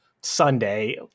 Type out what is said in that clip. Sunday